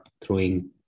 throwing